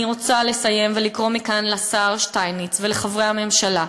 אני רוצה לסיים ולקרוא מכאן לשר שטייניץ ולחברי הממשלה: